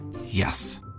Yes